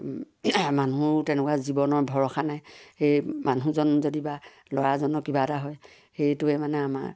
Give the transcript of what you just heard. মানুহো তেনেকুৱা জীৱনৰ ভৰষা নাই সেই মানুহজনৰ যদি বা ল'ৰাজনৰ কিবা এটা হয় সেইটোৱে মানে আমাৰ